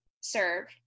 serve